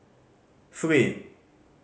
three